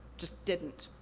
just didn't.